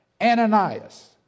Ananias